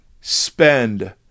Spend